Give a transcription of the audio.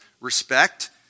respect